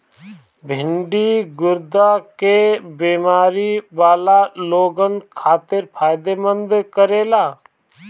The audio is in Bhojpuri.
भिन्डी गुर्दा के बेमारी वाला लोगन खातिर फायदमंद रहेला